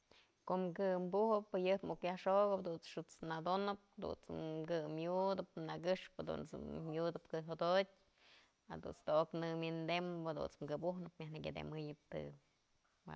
Kom kë bujëp, jayëp muk yajxokëp jadunt's xët's nadonëp, jadut's mkë yudëp nakëxpë, jadunt's yudëp kë jodotyë, jadunt's to'ok në wi'indëm, jadunt's këbujëp myaj nëkyëtemëyëp të dun.